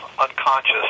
unconscious